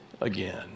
again